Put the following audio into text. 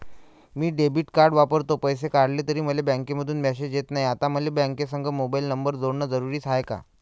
मी debit card वापरतो, पैसे काढले तरी मले बँकेमंधून मेसेज येत नाय, आता मले बँकेसंग मोबाईल नंबर जोडन जरुरीच हाय का?